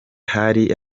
hari